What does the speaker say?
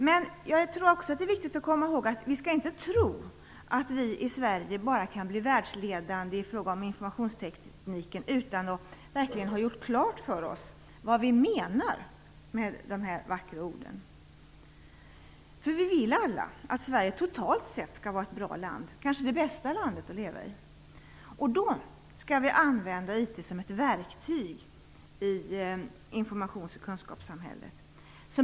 Men jag tror också att det är viktigt att vi kommer ihåg att vi i Sverige inte kan bli världsledande på informationsteknik utan att verkligen ha gjort klart för oss vad vi menar med de vackra orden. Vi vill alla att Sverige totalt sett skall vara ett bra land att leva i - kanske det bästa landet. Då skall vi använda IT som ett verktyg i informations och kunskapssamhället.